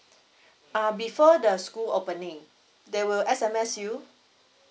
err before the school opening they will S_M_S you